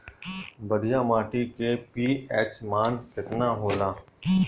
बढ़िया माटी के पी.एच मान केतना होला?